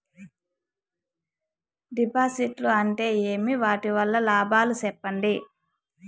డిపాజిట్లు అంటే ఏమి? వాటి వల్ల లాభాలు సెప్పండి?